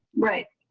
right.